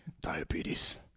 Diabetes